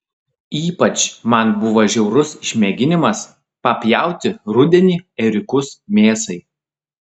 ypač man buvo žiaurus išmėginimas papjauti rudenį ėriukus mėsai